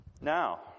Now